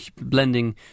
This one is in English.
blending